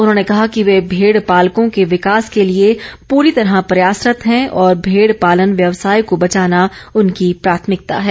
उन्होंने कहा कि वे भेड़ पालकों के विकास के लिए पूरी तरह प्रयासरत्त हैं और भेड़ पॉलन व्यवसाय को बचाना उनकी प्राथमिकता है